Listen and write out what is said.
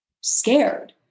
scared